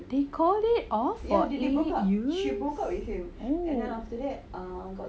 they call it off for eight years' oh